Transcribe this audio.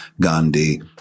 Gandhi